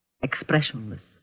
expressionless